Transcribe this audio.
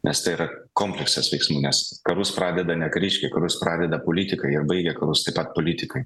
nes tai yra kompleksas veiksmų nes karus pradeda ne kariškiai karus pradeda politikai ir baigia karus taip pat politikai